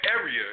area